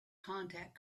contact